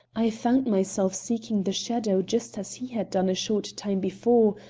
i found myself seeking the shadow just as he had done a short time before,